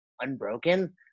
unbroken